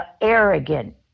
arrogant